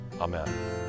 amen